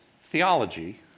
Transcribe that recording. theology